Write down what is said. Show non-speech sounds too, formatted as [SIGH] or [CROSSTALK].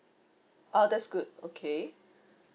ah that's good okay [BREATH]